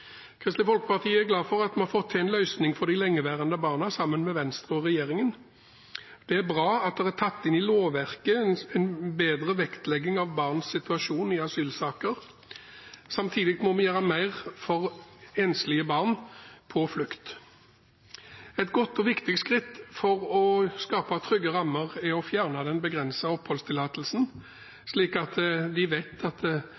Kristelig Folkeparti er glad for at vi har fått til en løsning for de lengeværende barna, sammen med Venstre og regjeringen. Det er bra at det er tatt inn i lovverket en større vektlegging av barns situasjon i asylsaker. Samtidig må vi gjøre mer for enslige barn på flukt. Et godt og viktig skritt for å skape trygge rammer er å fjerne den begrensede oppholdstillatelsen, slik at